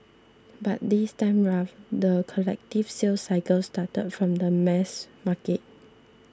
but this time around the collective sales cycle started from the mass market